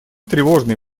тревожные